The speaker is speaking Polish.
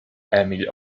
emil